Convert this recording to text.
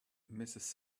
mrs